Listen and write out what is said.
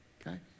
okay